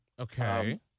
Okay